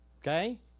Okay